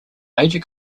major